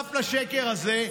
נוסף לשקר הזה,